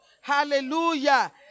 Hallelujah